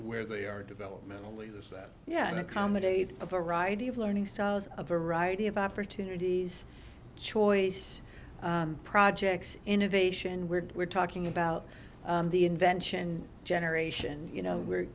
where they are developmentally was that yeah accommodate a variety of learning styles a variety of opportunities choice projects innovation weird we're talking about the invention generation you know where